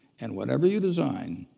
and whatever you design,